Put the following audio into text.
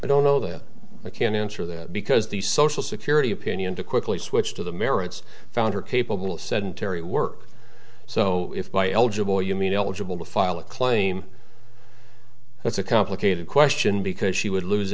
i don't know that i can answer that because the social security opinion to quickly switch to the merits found her capable of sedentary work so if i eligible you mean eligible to file a claim that's a complicated question because she would lose